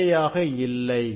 இணையாக இல்லை